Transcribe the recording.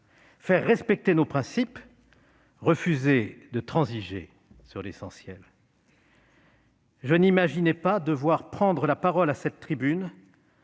faire respecter nos principes, refuser de transiger sur l'essentiel. Je n'imaginais pas devoir prendre la parole à cette tribune